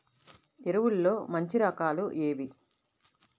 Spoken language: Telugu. ఎరువుల్లో మంచి రకాలు ఏవి?